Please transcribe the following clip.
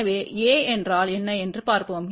எனவே A என்றால் என்ன என்று பார்ப்போம்